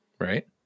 right